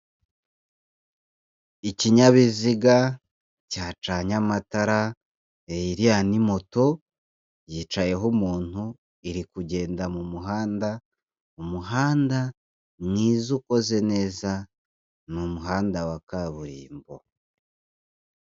Ikinyabiziga cyacanye amatara, iriya ni moto yicayeho umuntu, iri kugenda mu muhanda, umuhanda mwiza ukoze neza, n'umuhanda wa kaburimbo.